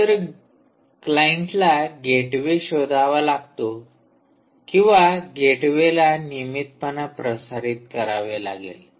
एक तर क्लायंटला गेटवे शोधावा लागतो किंवा गेटवेला नियमितपणे प्रसारित करावे लागेल